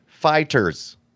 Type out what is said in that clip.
Fighters